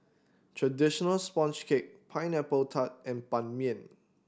traditional sponge cake Pineapple Tart and Ban Mian